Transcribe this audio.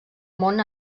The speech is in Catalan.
món